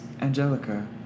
Angelica